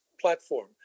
platform